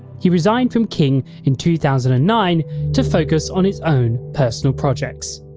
he resigned from king in two thousand and nine to focus on his own personal projects.